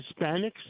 Hispanics